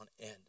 end